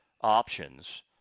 options